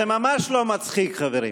זה ממש לא מצחיק, חברים.